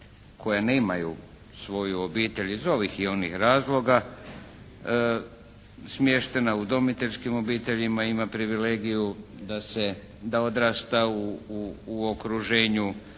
koja nemaju svoju obitelj iz ovih i onih razloga, smještena u udomiteljskim obiteljima, ima privilegiju da odrasta u okruženju